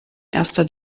erster